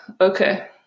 okay